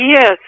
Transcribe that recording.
Yes